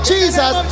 Jesus